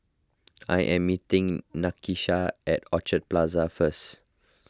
I am meeting Nakisha at Orchard Plaza first